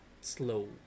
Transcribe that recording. slow